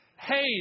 Hey